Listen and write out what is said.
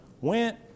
went